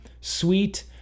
sweet